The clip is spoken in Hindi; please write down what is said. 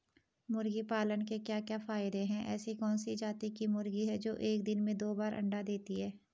मुर्गी पालन के क्या क्या फायदे हैं ऐसी कौन सी जाती की मुर्गी है जो एक दिन में दो बार अंडा देती है?